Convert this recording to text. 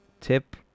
tip